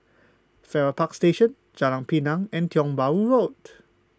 Farrer Park Station Jalan Pinang and Tiong Bahru Road